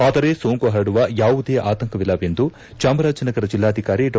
ಆದರೆ ಸೋಂಕು ಹರುಡುವ ಯಾವುದೇ ಆಂತಕವಿಲ್ಲ ಎಂದು ಚಾಮರಾಜನಗರ ಜಿಲ್ಲಾಧಿಕಾರಿ ಡಾ